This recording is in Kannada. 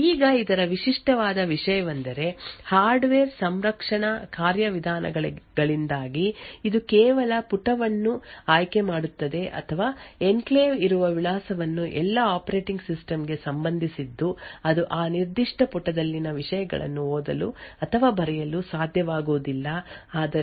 ಈಗ ಇದರ ವಿಶಿಷ್ಟವಾದ ವಿಷಯವೆಂದರೆ ಹಾರ್ಡ್ವೇರ್ ಸಂರಕ್ಷಣಾ ಕಾರ್ಯವಿಧಾನಗಳಿಂದಾಗಿ ಇದು ಕೇವಲ ಪುಟವನ್ನು ಆಯ್ಕೆಮಾಡುತ್ತದೆ ಅಥವಾ ಎನ್ಕ್ಲೇವ್ ಇರುವ ವಿಳಾಸವನ್ನು ಎಲ್ಲಾ ಆಪರೇಟಿಂಗ್ ಸಿಸ್ಟಂ ಗೆ ಸಂಬಂಧಿಸಿದ್ದು ಅದು ಆ ನಿರ್ದಿಷ್ಟ ಪುಟದಲ್ಲಿನ ವಿಷಯಗಳನ್ನು ಓದಲು ಅಥವಾ ಬರೆಯಲು ಸಾಧ್ಯವಾಗುವುದಿಲ್ಲ ಆದರೆ ಆ ಪುಟವನ್ನು ನಿರ್ವಹಿಸುತ್ತದೆ